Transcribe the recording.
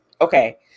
Okay